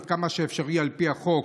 עד כמה שזה אפשרי על פי החוק,